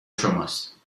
شماست